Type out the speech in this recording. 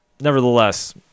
nevertheless